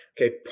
Okay